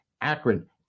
Akron